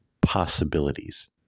possibilities